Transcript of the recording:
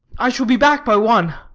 i shall be back by one.